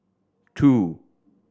two